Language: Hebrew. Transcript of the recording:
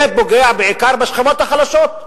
זה פוגע בעיקר בשכבות החלשות.